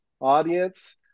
audience